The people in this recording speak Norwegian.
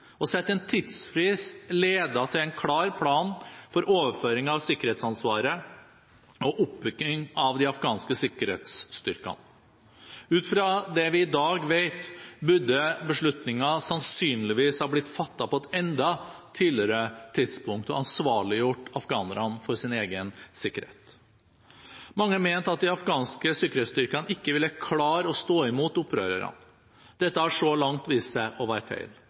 Å sette en tidsfrist ledet til en klar plan for overføringen av sikkerhetsansvaret og oppbyggingen av de afghanske sikkerhetsstyrkene. Ut fra det vi i dag vet, burde beslutningen sannsynligvis ha blitt fattet på et enda tidligere tidspunkt og ansvarliggjort afghanerne for sin egen sikkerhet. Mange mente at de afghanske sikkerhetsstyrkene ikke ville klare å stå imot opprørerne. Dette har så langt vist seg å være feil.